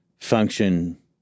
function